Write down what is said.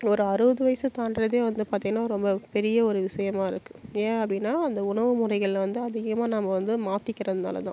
ஒரு அறுபது வயசு தாண்டுறதே வந்து பார்த்திங்கன்னா ரொம்ப பெரிய ஒரு விஷயமா இருக்குது ஏன் அப்படின்னா அந்த உணவு முறைகள் வந்து அதிகமாக நாம வந்து மாற்றிக்கிறதுனால தான்